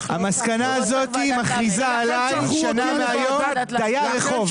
המסקנה הזאת מכריזה עליי שנה מהיום דייר רחוב.